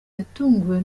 yatunguwe